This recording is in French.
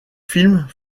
films